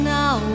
now